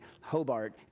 Hobart